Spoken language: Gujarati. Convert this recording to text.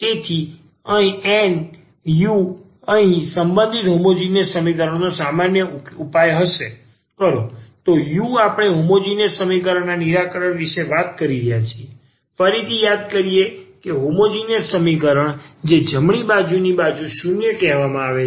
તેથી જો u અહીં સંબંધિત હોમોજીનીયસ સમીકરણનો સામાન્ય ઉપાય કરો તો u આપણે હોમોજીનીયસ સમીકરણ ના નિરાકરણ વિશે વાત કરી રહ્યા છીએ ફરીથી યાદ કરીએ કે હોમોજીનીયસ સમીકરણ છે ત્યારે જમણી બાજુની બાજુ 0 કહેવામાં આવે છે